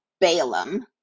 Balaam